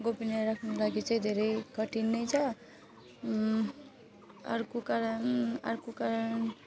गोपनीय राख्नुको लागि चाहिँ धेरै कठिन नै छ अर्को कारण अर्को कारण